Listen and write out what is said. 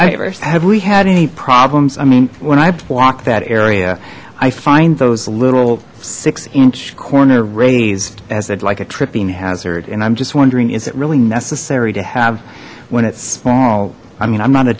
right have we had any problems i mean when i block that area i find those little six inch corner raised as it like a tripping hazard and i'm just wondering is it really necessary to have when it's small i mean i'm not a